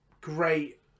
great